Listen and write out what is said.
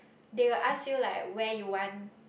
they will ask you like where you want